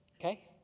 Okay